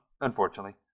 Unfortunately